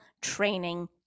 training